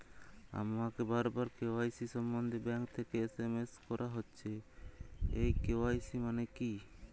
আমাকে বারবার কে.ওয়াই.সি সম্বন্ধে ব্যাংক থেকে এস.এম.এস করা হচ্ছে এই কে.ওয়াই.সি মানে কী?